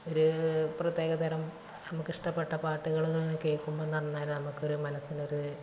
ഒരു പ്രത്യേക തരം നമുക്ക് ഇഷ്ടപ്പെട്ട പാട്ടുകൾ ഇങ്ങനെ കേൾക്കുമ്പോളെന്ന് പറഞ്ഞാൽ നമ്മൾക്ക് ഒരു മനസ്സിന് ഒരു